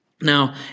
Now